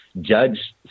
judge